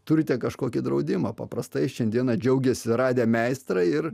turite kažkokį draudimą paprastai šiandien džiaugiasi radę meistrą ir